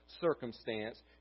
circumstance